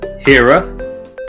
Hera